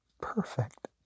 perfect